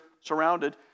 surrounded